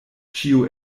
ĉiu